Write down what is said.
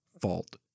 fault